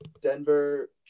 Denver